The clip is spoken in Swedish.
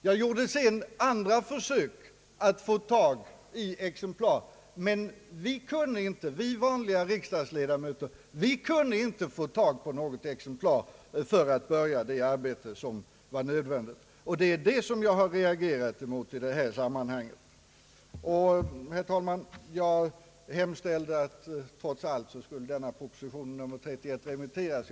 Jag gjorde då andra försök att få tag i exemplar, men vi vanliga riksdagsledamöter kunde inte få tag på något för att börja det arbete som var nödvändigt. Det är det som jag har reagerat mot i detta sammanhang. Herr talman! Trots allt skall denna proposition remitteras.